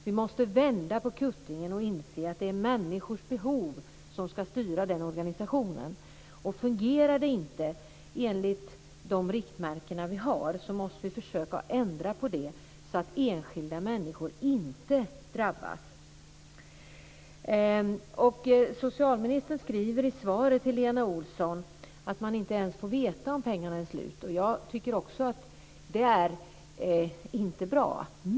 Vi måste vända på kuttingen och inse att det är människors behov som ska styra organisationen. Fungerar det inte enligt de riktmärken vi har måste vi försöka att ändra på det så att enskilda människor inte drabbas. Socialministern skriver i svaret till Lena Olsson att man inte ens får veta om pengarna är slut. Jag håller med om att detta inte är bra.